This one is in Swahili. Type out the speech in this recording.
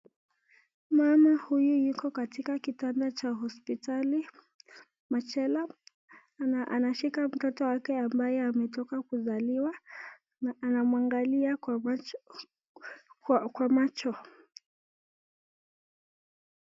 Mama huyu Yuko katika kitanda Cha hospitali machela anashika mtoto wake ambaye ametoka kusaliwa na anamwangalia Kwa macho.